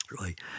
right